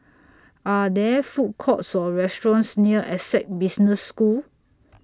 Are There Food Courts Or restaurants near Essec Business School